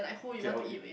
okay I'll eat